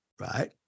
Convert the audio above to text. right